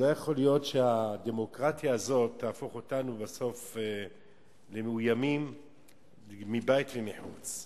לא יכול להיות שהדמוקרטיה הזאת תהפוך אותנו בסוף למאוימים מבית ומחוץ.